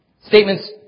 Statements